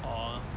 or